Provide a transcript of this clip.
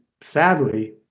sadly